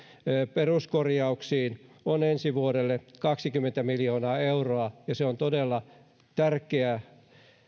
peruskorjauksiin on ensi vuodelle kaksikymmentä miljoonaa euroa ja se on todella tärkeä